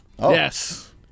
Yes